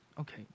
Okay